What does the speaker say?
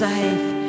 Safe